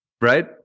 Right